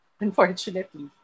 Unfortunately